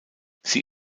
sie